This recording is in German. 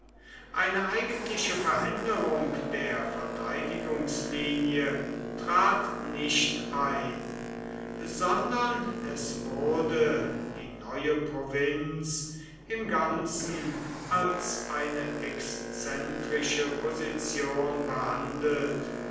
eine eigentliche veränderung der verteidigungslinie trat nicht ein sondern es wurde die neue provinz im ganzen als eine exzentrische position behandelt